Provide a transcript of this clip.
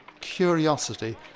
curiosity